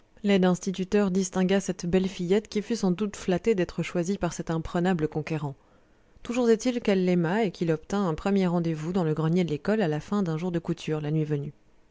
l'aide instituteur distingua cette belle fillette qui fut sans doute flattée d'être choisie par cet imprenable conquérant toujours est-il qu'elle l'aima et qu'il obtint un premier rendez-vous dans le grenier de l'école à la fin d'un jour de couture la nuit venue